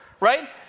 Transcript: right